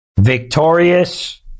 Victorious